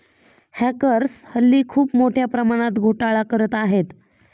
hackers हल्ली खूप मोठ्या प्रमाणात घोटाळा करत आहेत